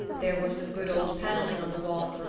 there were some good old paneling on the walls,